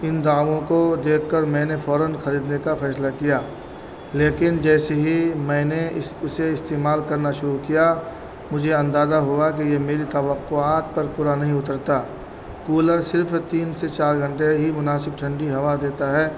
ان دعووں کو دیکھ کر میں نے فوراً خریدنے کا فیصلہ کیا لیکن جیسے ہی میں نے اس اسے استعمال کرنا شروع کیا مجھے اندازہ ہوا کہ یہ میری توقعات پر پورا نہیں اترتا کولر صرف تین سے چار گھنٹے ہی مناسب ٹھنڈی ہوا دیتا ہے